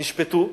נשפטו,